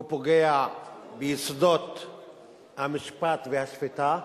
הוא פוגע ביסודות המשפט והשפיטה,